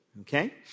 okay